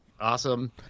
awesome